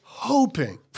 Hoping